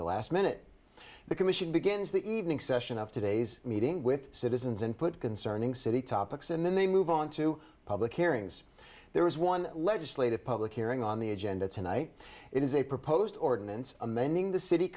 the last minute the commission begins the evening session of today's meeting with citizens and put concerning city topics and then they move on to public hearings there is one legislative public hearing on the agenda tonight it is a proposed ordinance amending the city